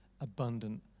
abundant